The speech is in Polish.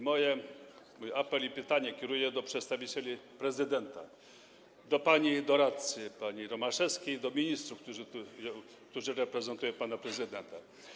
Mój apel i pytanie kieruję do przedstawicieli prezydenta, do pani doradcy, pani Romaszewskiej, do ministrów, którzy reprezentują pana prezydenta.